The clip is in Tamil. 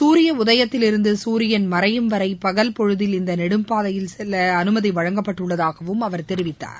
சூரிய உதயத்தில் இருந்து சூரியன் மறையும் வரை பகல் பொழுதில் இந்த நெடும்பாதையில் செல்ல அனுமதி வழங்கப்பட்டுள்ளதாகவும் அவர் தெரிவித்தார்